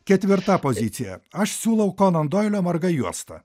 ketvirta pozicija aš siūlau konono doilio marga juosta